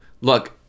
look